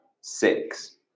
six